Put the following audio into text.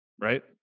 right